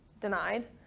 denied